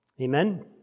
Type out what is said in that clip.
Amen